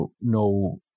no